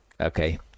okay